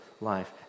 life